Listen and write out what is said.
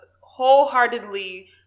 wholeheartedly